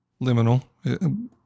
liminal